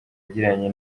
yagiranye